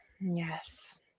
Yes